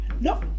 No